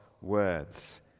words